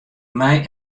mei